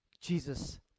jesus